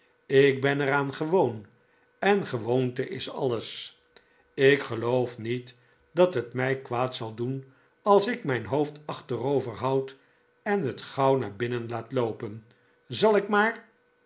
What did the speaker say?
ik ben er aan gewoon engewoonte is alles ik geloof niet dat het mij kwaad zal doen als ik mijn hoofd achterover houd en het gauw naar binnen laat loopen zal ik maar